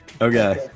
okay